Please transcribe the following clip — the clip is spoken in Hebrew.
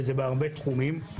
וזה בהרבה תחומים.